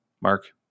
Mark